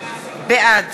בעד